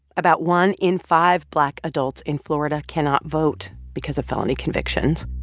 about one in five black adults in florida cannot vote because of felony convictions